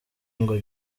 ngo